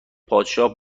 پادشاه